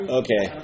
okay